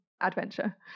adventure